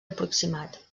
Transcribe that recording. aproximat